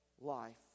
life